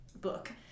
book